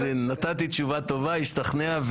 אז נתתי תשובה טובה, השתכנע.